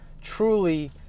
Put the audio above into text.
truly